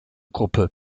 gruppe